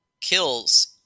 kills